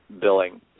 billing